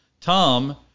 Tom